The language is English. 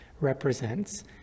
represents